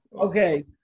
okay